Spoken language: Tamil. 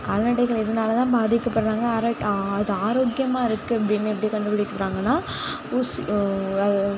கால்நடைகள் இதனால தான் பாதிக்கப்பட்றாங்க ஆரோக் அது ஆரோக்கியமாக இருக்கு அப்படின்னு எப்படி கண்டுப்பிடிக்கிறாங்கன்னா ஊசி